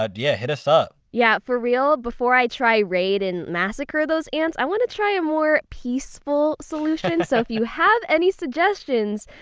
ah yeah, hit us up! yeah, for real. before i try raid and massacre those ants, i want to try a more peaceful solution. so if you have any suggestions,